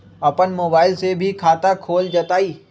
अपन मोबाइल से भी खाता खोल जताईं?